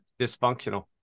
Dysfunctional